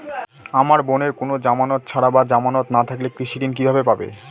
আমার বোনের কোন জামানত ছাড়া বা জামানত না থাকলে কৃষি ঋণ কিভাবে পাবে?